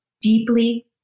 deeply